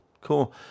Cool